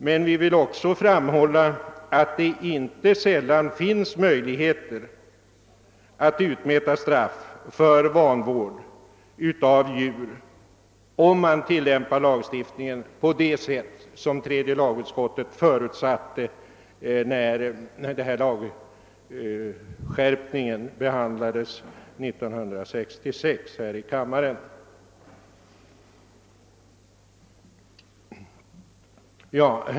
Men vi vill också framhålla att det inte sällan finns möjligheter att utmäta straff för vanvård av djur om man tillämpar lagstiftningen på det sätt som tredje lagutskottet förutsatte när denna lagskärpning behandlades här i kammaren.